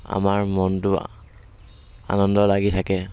আমাৰ মনটো আনন্দ লাগি থাকে